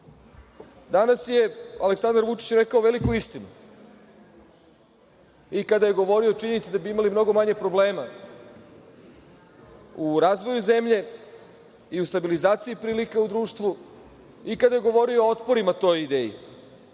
Danas je Aleksandar Vučić rekao veliku istinu i kada je govorio o činjenici da bi imali mnogo manje problema u razvoju zemlje i u stabilizaciji prilika u društvu i kada je govorio o otporima toj ideji.